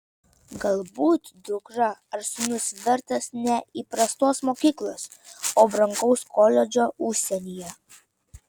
galbūt dukra ar sūnus vertas ne įprastos mokyklos o brangaus koledžo užsienyje